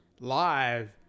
live